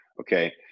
Okay